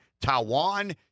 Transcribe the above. Taiwan